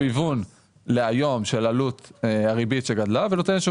היון להיום של עלות הריבית שגדלה ונותן איזה שהוא